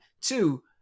Two